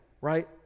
right